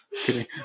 kidding